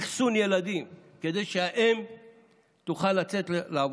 אכסון ילדים כדי שהאם תוכל לצאת לעבודה.